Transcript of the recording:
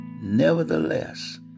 nevertheless